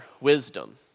wisdom